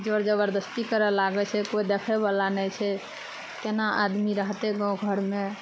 जर जबरदस्ती करऽ लागै छै कोइ देखै बला नहि छै केना आदमी रहतै गाँव घरमे